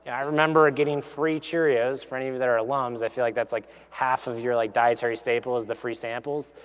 and i remember getting free cheerios, for any of you that are alums, i feel like that's like half of your like dietary staple is the free samples